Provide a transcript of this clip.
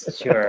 sure